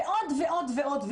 ועוד ועוד ועוד,